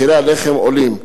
מחירי הלחם עולים,